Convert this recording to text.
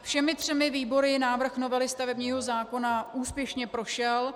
Všemi třemi výbory návrh novely stavebního zákona úspěšně prošel.